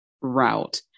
route